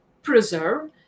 preserve